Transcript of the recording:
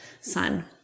son